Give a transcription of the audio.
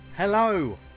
Hello